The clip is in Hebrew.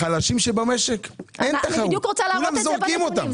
על החלשים במשק אין תחרות, וכולם זורקים אותם.